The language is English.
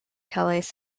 calais